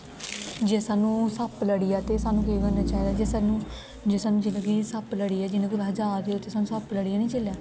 जे सानू सप्प लड़ी जा ते सानू केह् करना चाहिदा जे सानू जिदंगी च सप्प लड़ी जा जियां अस कुते जारदे होचे सानू सप्प लड़ी जा ने जिसले